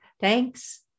Thanks